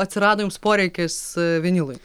atsirado jums poreikis vinilui